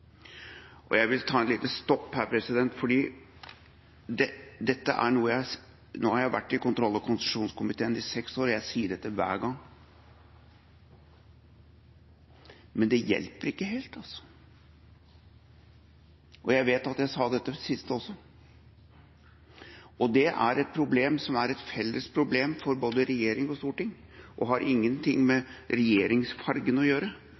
vil jeg ta et lite stopp. Nå har jeg vært i kontroll- og konstitusjonskomiteen i seks år, og jeg sier dette hver gang, men det hjelper altså ikke helt. Jeg vet at jeg sa dette sist også. Dette er et felles problem for både regjering og storting, og det har ingen ting med regjeringsfargen å gjøre.